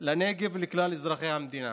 לנגב ולכלל אזרחי המדינה.